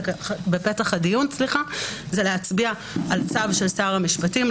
הדיון זה להצביע על צו של שר המשפטים,